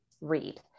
read